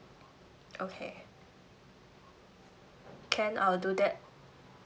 okay can I'll do that